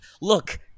Look